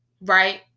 right